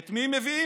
את מי הם מביאים?